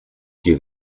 qui